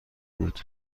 بود